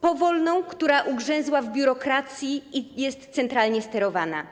powolną, która ugrzęzła w biurokracji i jest centralnie sterowana.